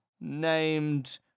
named